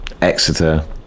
Exeter